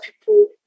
people